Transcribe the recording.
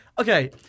okay